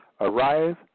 arise